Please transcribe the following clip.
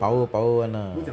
power power [one] lah